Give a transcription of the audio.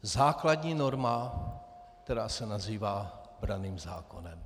Základní norma, která se nazývá branným zákonem.